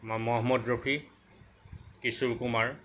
মই মহম্মদ ৰফি কিশোৰ কুমাৰ